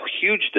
huge